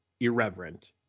irreverent